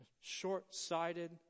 short-sighted